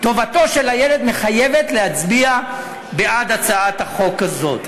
טובתו של הילד מחייבת להצביע בעד הצעת החוק הזאת.